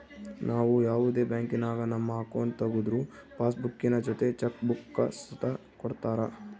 ನಾವು ಯಾವುದೇ ಬ್ಯಾಂಕಿನಾಗ ನಮ್ಮ ಅಕೌಂಟ್ ತಗುದ್ರು ಪಾಸ್ಬುಕ್ಕಿನ ಜೊತೆ ಚೆಕ್ ಬುಕ್ಕ ಸುತ ಕೊಡ್ತರ